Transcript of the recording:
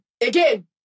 again